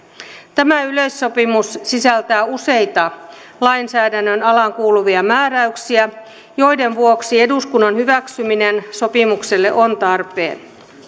tämä yleissopimus sisältää useita lainsäädännön alaan kuuluvia määräyksiä joiden vuoksi eduskunnan hyväksyminen sopimukselle on tarpeen